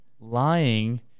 lying